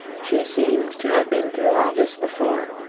she seemed to have been through all this before.